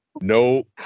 no